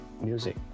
music